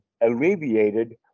alleviated